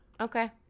Okay